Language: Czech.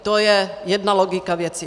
To je jedna logika věci.